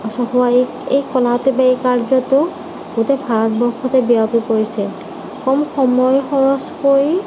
চহায় এই কলাটো বা কাৰ্যটো গোটেই ভাৰতবৰ্ষতে বিয়পি পৰিছে কম সময় খৰচ কৰি